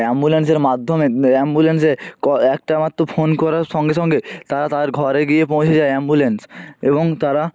অ্যাম্বুলেন্সের মাধ্যমে অ্যাম্বুলেন্সে একটা মাত্র ফোন করার সঙ্গে সঙ্গে তারা তাদের ঘরে গিয়ে পৌঁছে যায় অ্যাম্বুলেন্স এবং তারা